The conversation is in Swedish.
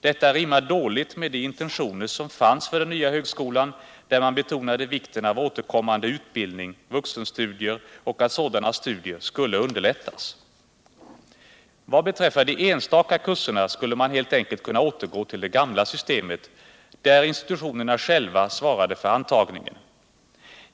Detta rimmar dåligt med de intentioner som fanns för den nya högskolan, där man betonade vikten av återkommande utbildning, vuxenstudier och att sådana studier skulle underlättas. Vad beträffar de enstaka kurserna skulle man helt enkelt kunna återgå till det gamla systemet, där institutionerna själva svarade för antagningen.